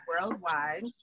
worldwide